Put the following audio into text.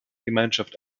gemeinschaft